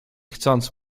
chcąc